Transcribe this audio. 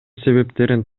себептерин